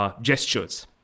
gestures